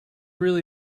really